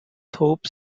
thorpe